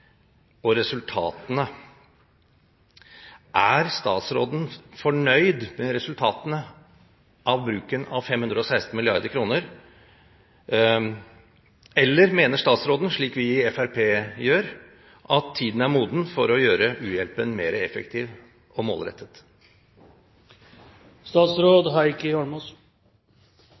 og resultatene, er statsråden fornøyd med resultatene av bruken av 516 mrd. kr? Eller mener statsråden, slik vi gjør i Fremskrittspartiet, at tiden er moden for å gjøre u-hjelpen mer effektiv og